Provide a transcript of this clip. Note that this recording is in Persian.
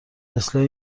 اصلاح